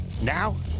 Now